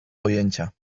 pojęcia